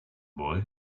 boy